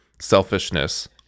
Selfishness